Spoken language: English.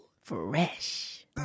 Fresh